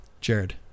Jared